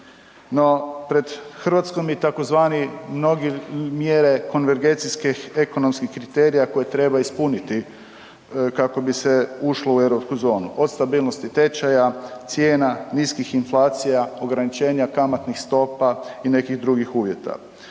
No pred Hrvatskom je tzv. mnogi mjere konvergencijskih ekonomskih kriterija koje treba ispuniti kako bi se ušlo u europsku zonu, od stabilnosti tečaja, cijena, niskih inflacija, ograničenja kamatnih stopa i nekih drugih uvjeta.